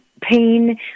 pain